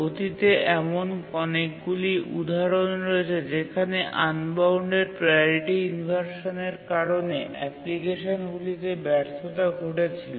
অতীতে এমন অনেকগুলি উদাহরণ রয়েছে যেখানে আনবাউন্ডেড প্রাওরিটি ইনভারশানের কারণে অ্যাপ্লিকেশনগুলিতে ব্যর্থতা ঘটেছিল